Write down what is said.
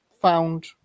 found